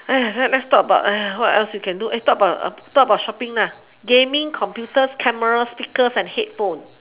let let's talk about ah what else you can do eh talk about talk about shopping gaming computers cameras speakers and headphone